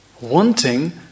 Wanting